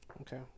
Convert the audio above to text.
Okay